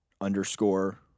underscore